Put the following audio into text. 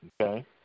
okay